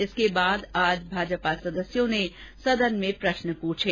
इसके बाद आज भाजपा सदस्यों ने सदन में प्रष्न पूछे